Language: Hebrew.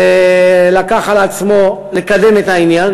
שלקח על עצמו לקדם את העניין,